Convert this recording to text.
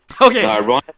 Okay